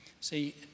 See